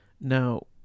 Now